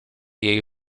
jej